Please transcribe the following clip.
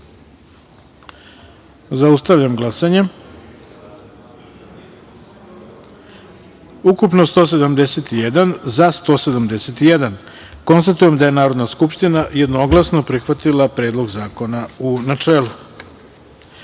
taster. Zaustavljam glasanje: ukupno – 171, za – 171.Konstatujem da je Narodna skupština jednoglasno prihvatila Predlog zakona, u